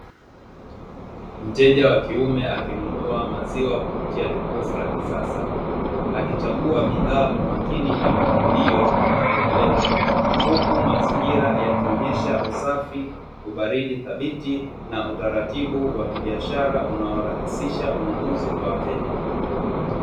Mteja wa kiume akinunua maziwa kupitia jokofu la kisasa akichagua bidhaa kwa makini na mpangilio wa kielelezo, huku mazingira yakionyesha usafi, ubaridi thabiti na utaratibu wa kibiashara unaorahisisha ununuzi kwa wateja.